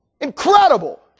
Incredible